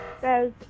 says